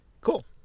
cool